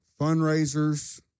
fundraisers